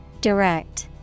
Direct